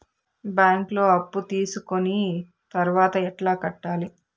బ్యాంకులో అప్పు తీసుకొని తర్వాత ఎట్లా కట్టాలి?